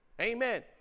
Amen